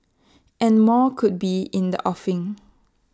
and more could be in the offing